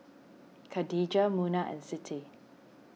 Khadija Munah and Siti